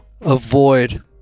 avoid